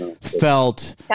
felt